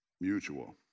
Mutual